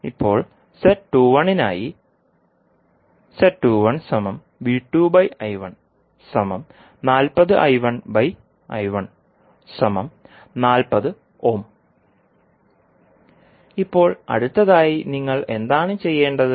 ഇപ്പോൾ z21 നായി ഇപ്പോൾ അടുത്തതായി നിങ്ങൾ എന്താണ് ചെയ്യേണ്ടത്